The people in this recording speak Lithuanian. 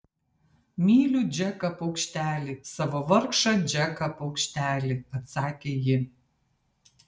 myliu džeką paukštelį savo vargšą džeką paukštelį atsakė ji